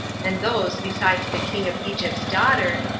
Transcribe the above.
and those besides the king of egypt's daughter,